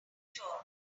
tour